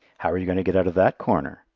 how are you going to get out of that corner,